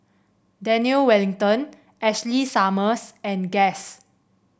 Daniel Wellington Ashley Summers and Guess